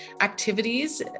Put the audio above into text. activities